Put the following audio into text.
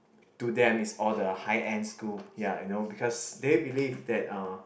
to them is all the high end school ya you know because they believe that uh